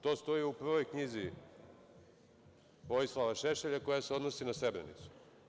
To stoji u prvoj knjizi Vojislava Šešelja koja se odnosi na Srebrenicu.